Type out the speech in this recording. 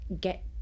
get